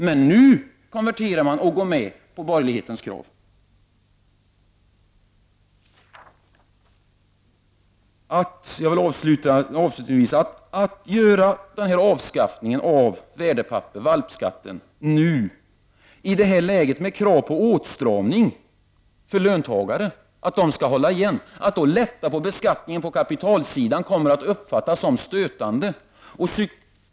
Men nu konverterar man och går med på borgerlighetens krav. Avslutningsvis vill jag säga: Att nu avskaffa valpskatten, att lätta beskattningen på kapitalsidan, i ett läge med krav på åstramning för löntagare, krav på att de skall hålla igen, kommer att uppfattas som stötande.